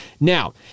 Now